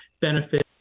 benefit